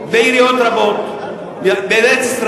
ובעיריות רבות בארץ-ישראל,